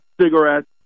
cigarettes